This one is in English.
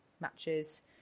matches